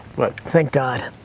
but thank god,